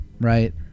right